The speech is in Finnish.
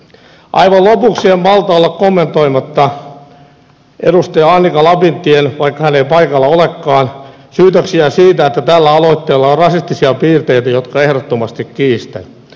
aivan lopuksi en malta olla kommentoimatta edustaja annika lapintien vaikka hän ei paikalla olekaan syytöksiä siitä että tällä aloitteella on rasistisia piirteitä jotka ehdottomasti kiistän